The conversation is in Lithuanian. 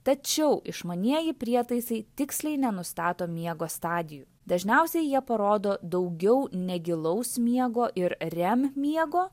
tačiau išmanieji prietaisai tiksliai nenustato miego stadijų dažniausiai jie parodo daugiau negilaus miego ir rem miego